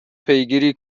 پیگیری